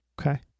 Okay